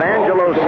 Angelo